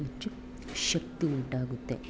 ಹೆಚ್ಚು ಶಕ್ತಿ ಉಂಟಾಗುತ್ತೆ